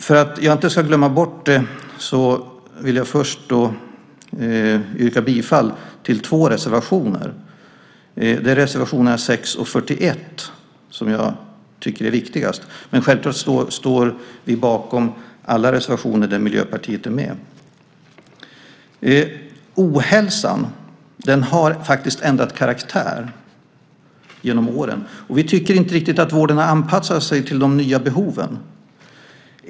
För att jag inte ska glömma bort det vill jag nu yrka bifall till två reservationer. Det är reservationerna 6 och 41, som jag tycker är viktigast, men självklart står vi bakom alla reservationer där Miljöpartiet är med. Ohälsan har faktiskt ändrat karaktär genom åren, och vi tycker inte riktigt att vården har anpassat sig till de nya behoven.